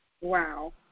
wow